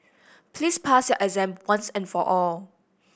please pass your exam once and for all